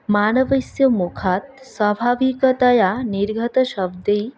मानवस्य मुखात् स्वाभाविकतया निर्गतशब्दैः